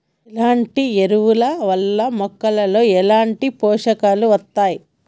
ఎట్లాంటి ఎరువుల వల్ల మొక్కలలో ఎట్లాంటి పోషకాలు వత్తయ్?